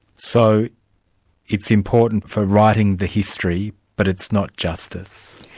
so it's important for writing the history, but it's not justice.